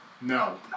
No